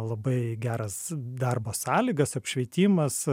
labai geras darbo sąlygas apšvietimas